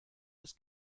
das